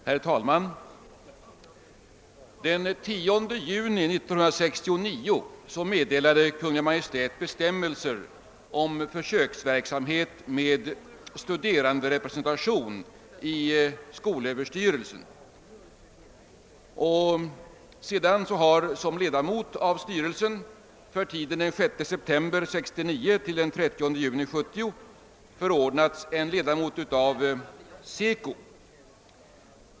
Herr talman! Den 10 juni 1969 meddelade Kungl. Maj:t bestämmelser om försöksverksamhet med studeranderepresentation i skolöverstyrelsen. Sedan dess har såsom ledamot av styrelsen för tiden den 6 september 1969—30 juni 1970 förordnats en medlem av SECO.